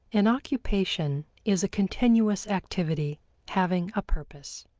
an occupation is a continuous activity having a purpose.